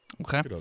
Okay